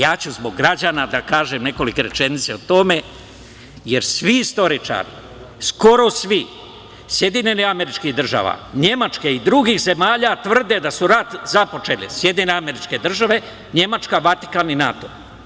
Ja ću zbog građana da kažem nekolike rečenice o tome, jer svi istoričari, skoro svi, SAD, Nemačke i drugih zemalja tvrde da su rat započeli SAD, Nemačka, Vatikan i NATO.